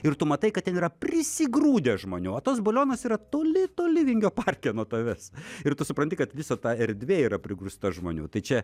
ir tu matai kad ten yra prisigrūdę žmonių o tas balionas yra toli toli vingio parke nuo tavęs ir tu supranti kad visa ta erdvė yra prigrūsta žmonių tai čia